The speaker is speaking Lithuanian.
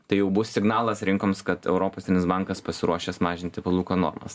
tai jau bus signalas rinkoms kad europos bankas pasiruošęs mažinti palūkanų normas